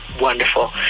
wonderful